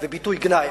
זה ביטוי גנאי.